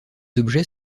objets